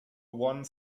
one